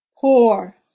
poor